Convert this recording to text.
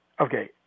Okay